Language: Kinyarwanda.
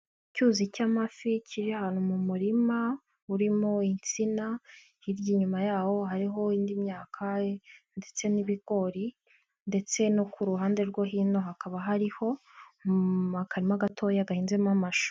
Icyuzi cy'amafi kiri ahantu mu murima urimo insina, hirya inyuma yaho hariho indi myaka ndetse n'ibigori ndetse no ku ruhande rwo hino hakaba hariho akarima gatoya gahinzemo amashu.